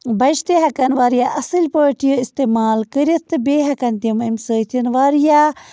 بچہِ تہِ ہٮ۪کن واریاہ اَصٕل پٲٹھۍ یہِ اِستعمال کٔرِتھ تہٕ بیٚیہِ ہٮ۪کن تِم اَمہِ سۭتۍ واریاہ